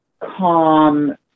calm